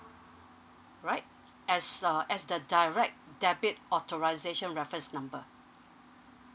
right as uh as the direct debit authorisation reference number